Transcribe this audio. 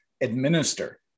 administer